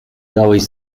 dałeś